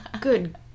Good